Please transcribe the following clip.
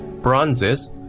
bronzes